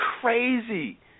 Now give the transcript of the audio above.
crazy